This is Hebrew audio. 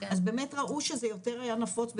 אז באמת ראו שזה יותר נפוץ בקרב,